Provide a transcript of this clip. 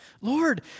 Lord